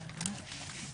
נעולה.